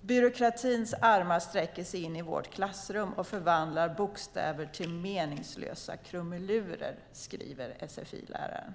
Byråkratins armar sträcker sig in vårt klassrum och förvandlar bokstäver till meningslösa krumelurer, skriver sfi-läraren.